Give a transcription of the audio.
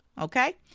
okay